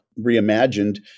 reimagined